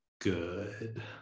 good